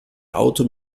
auto